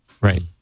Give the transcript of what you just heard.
Right